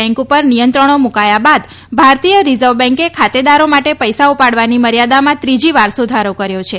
bank ઉપર નિયંત્રણો મુકાયા બાદ ભારતીય રીઝર્વ બેન્કે ખાતેદારો માટે પૈસા ઉપાડની મર્યાદામાં ત્રીજી વાર સુધારો કર્યો છે